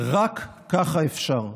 רק ככה אפשר.